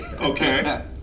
Okay